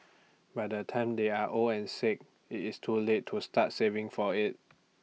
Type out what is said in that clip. by the time they are old and sick IT is too late to start saving for IT